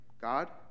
God